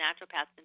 naturopaths